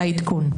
על העדכון.